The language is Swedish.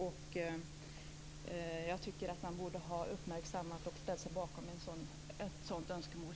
Jag tycker att man borde ha uppmärksammat och ställt sig bakom ett sådant önskemål.